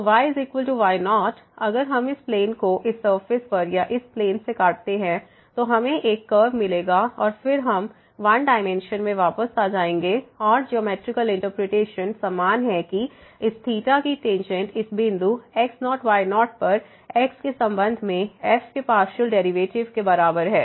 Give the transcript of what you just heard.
तो yy0 अगर हम इस प्लेन को इस सरफेस पर या इस प्लेन से काटते हैं तो हमें एक कर्व मिलेगा और फिर हम वन डायमेंशन में वापस आ जाएंगे और ज्योमैट्रिकल इंटरप्रिटेशन समान है कि इस थीटा की टेंजेंट इस बिंदु x0 y0 पर x के संबंध में f के पार्शियल डेरिवेटिव के बराबर है